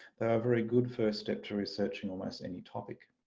they are a very good first step to researching almost any topic.